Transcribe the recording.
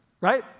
Right